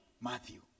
Matthew